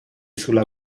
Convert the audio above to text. sulla